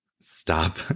Stop